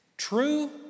True